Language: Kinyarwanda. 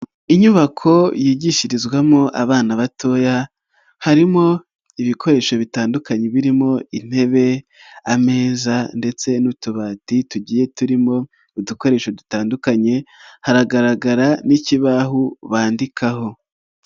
Inyubako yigishirizwamo abana batoya harimo ibikoresho bitandukanye birimo intebe, ameza ndetse n'utubati tugiye turimo udukoresho dutandukanye haragaragara n'ikibaho bandikaho.